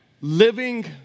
Living